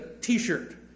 t-shirt